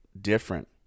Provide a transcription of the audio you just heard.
different